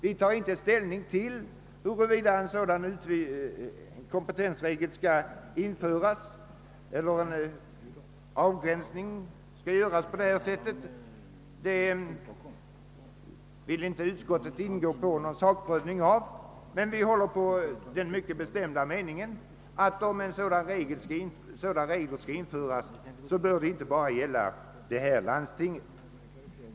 Vi tar inte ställning till huruvida en sådan kompetensregel skall införas. Utskottet vill inte gå in på någon närmare sakprövning härav. Vi har emellertid den mycket be den skall införas, inte bara bör gälla Stockholms läns landsting.